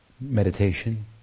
meditation